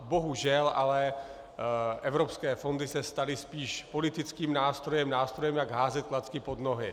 Bohužel ale evropské fondy se staly spíš politickým nástrojem, nástrojem, jak házet klacky pod nohy.